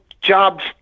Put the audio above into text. jobs